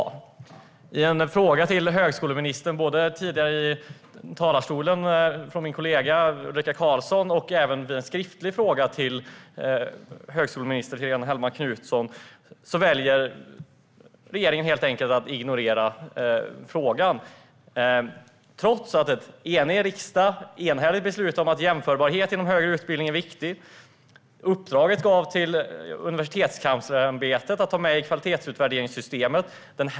Det har ställts en fråga till högskoleminister Helene Hellmark Knutsson från min kollega Ulrika Carlsson tidigare i talarstolen, och det har även ställts en skriftlig fråga. Regeringen väljer att ignorera detta, trots att riksdagen har fattat ett enhälligt beslut om att jämförbarhet inom högre utbildning är viktig. Uppdraget gavs till Universitetskanslersämbetet att ha med detta i kvalitetsutvärderingssystemet.